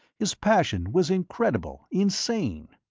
his passion was incredible, insane.